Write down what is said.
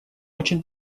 очень